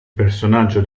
personaggio